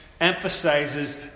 emphasizes